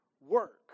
work